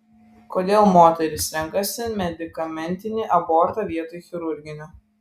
kodėl moterys renkasi medikamentinį abortą vietoj chirurginio